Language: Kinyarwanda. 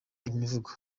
imivugo